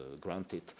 granted